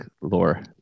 lore